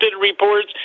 reports